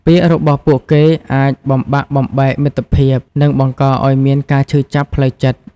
ពាក្យរបស់ពួកគេអាចបំបាក់បំបែកមិត្តភាព និងបង្កឲ្យមានការឈឺចាប់ផ្លូវចិត្ត។